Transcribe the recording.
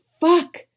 fuck